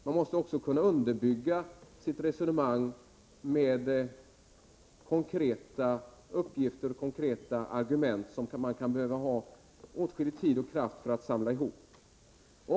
Man måste kunna underbygga sitt resonemang med konkreta uppgifter och argument som man kan behöva åtskillig tid och kraft för att samla ihop.